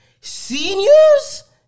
seniors